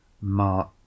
Mark